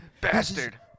Bastard